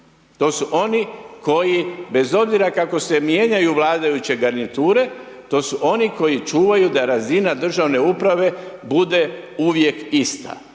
To su oni koji, bez obzira kako se mijenjaju vladajuće garniture, to su oni koji čuvaju da razina državne uprave bude uvijek ista